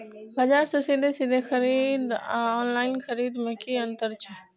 बजार से सीधे सीधे खरीद आर ऑनलाइन खरीद में की अंतर छै?